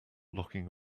locking